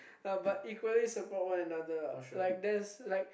uh but equally support one another ah like that's like